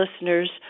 listeners